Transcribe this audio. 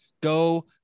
go